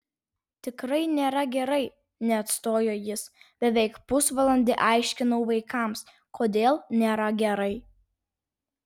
tikrai nėra gerai neatstojo jis beveik pusvalandį aiškinau vaikams kodėl nėra gerai